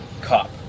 cop